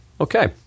Okay